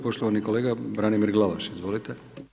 Poštovani kolega Branimir Glavaš, izvolite.